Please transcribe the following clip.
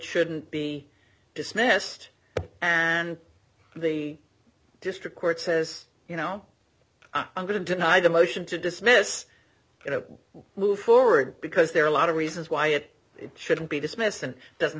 shouldn't be dismissed and the district court says you know i'm going to deny the motion to dismiss it move forward because there are a lot of reasons why it shouldn't be dismissed and doesn't